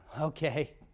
Okay